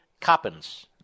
Coppins